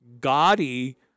gaudy